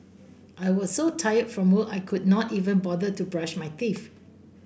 I was so tired from work I could not even bother to brush my teeth